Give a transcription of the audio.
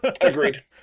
Agreed